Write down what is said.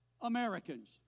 Americans